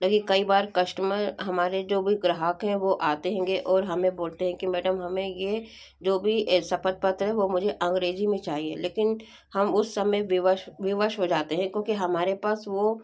लेकिन कई बार कष्टमर हमारे जो भी ग्राहक हैं वो आते हैं और हमें बोलते हैं कि मैडम हमें ये जो भी क्षपथ पत्र है वो मुझे अंग्रेज़ी में चाहिए लेकिन हम उस समय विवश विवश हो जाते हैं क्योंकि हमारे पास वो